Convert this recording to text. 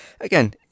again